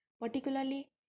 particularly